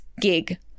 gig